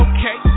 Okay